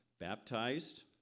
Baptized